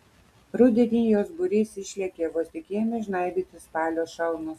rudenį jos būriais išlėkė vos tik ėmė žnaibytis spalio šalnos